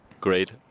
great